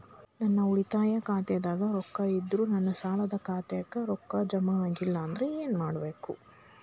ನನ್ನ ಉಳಿತಾಯ ಖಾತಾದಾಗ ರೊಕ್ಕ ಇದ್ದರೂ ನನ್ನ ಸಾಲದು ಖಾತೆಕ್ಕ ರೊಕ್ಕ ಜಮ ಆಗ್ಲಿಲ್ಲ ಅಂದ್ರ ಏನು ಮಾಡಬೇಕು?